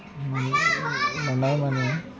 मोन्नाय माने